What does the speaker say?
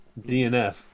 DNF